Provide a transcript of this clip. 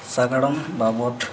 ᱥᱟᱜᱟᱲᱚᱢ ᱵᱟᱵᱚᱫ